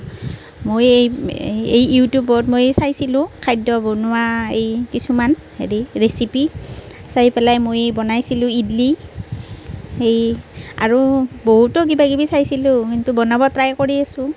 মই এই এই ইউটিউবত মই চাইছিলোঁ খাদ্য় বনোৱা এই কিছুমান হেৰি ৰেচিপি চাই পেলাই মই বনাইছিলোঁ ইডলী সেই আৰু বহুতো কিবা কিবি চাইছিলোঁ কিন্তু বনাব ট্ৰাই কৰি আছো